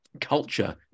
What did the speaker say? Culture